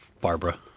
Barbara